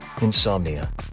Insomnia